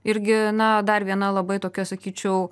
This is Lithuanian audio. irgi na dar viena labai tokia sakyčiau